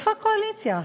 איפה הקואליציה?